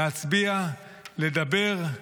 להצביע, לדבר,